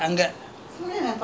நெசமா பொய் சொல்லல:nesamaa poi sollala